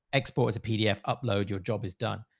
export as a pdf, upload. your job is done.